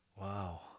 Wow